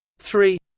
three